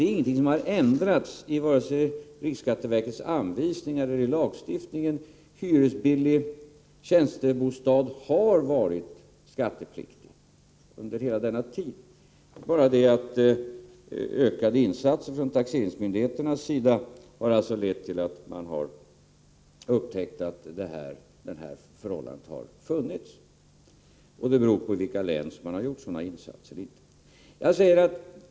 Ingenting har ändrats vare sig i riksskatteverkets anvisningar eller i lagstiftningen. Hyresbilliga tjänstebostäder har varit skattepliktiga under hela denna tid. Det är ökade insatser från taxeringsmyndigheternas sida som har lett till att man har upptäckt att det här förhållandet har förelegat, och tillämpningen av reglerna har berott på om man i de olika länen har gjort sådana insatser eller inte.